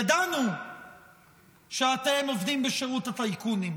ידענו שאתם עובדים בשירות הטייקונים,